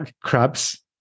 crabs